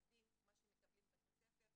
משרד החקלאות,